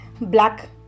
black